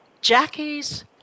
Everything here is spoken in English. Jackie's